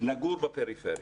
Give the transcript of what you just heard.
לגור בפריפריה?